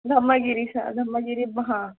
Dhammagiri sir Dhammagiri हा